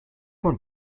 man